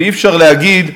ואי-אפשר להגיד,